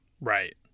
Right